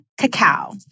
Cacao